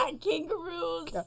kangaroos